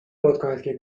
بادکنکت